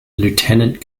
lieutenant